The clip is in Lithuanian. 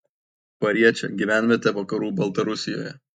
pariečė gyvenvietė vakarų baltarusijoje